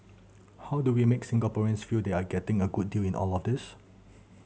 how do we make Singaporeans feel they are getting a good deal in all of this